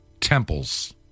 temples